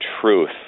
truth